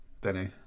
Denny